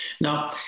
Now